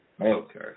Okay